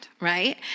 right